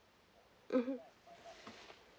mmhmm